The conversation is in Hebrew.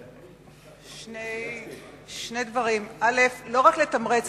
שני דברים, לא רק לתמרץ.